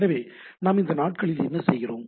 எனவே நாம் இந்த நாட்களில் என்ன செய்வோம்